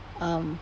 um